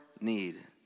need